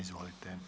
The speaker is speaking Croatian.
Izvolite.